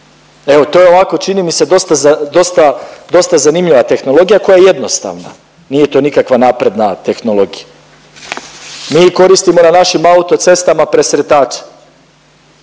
Evo to je ovako čini mi se dosta za, dosta, dosta zanimljiva tehnologija koja je jednostavna, nije to nikakva napredna tehnologija. Mi koristimo na našim autocestama presretače.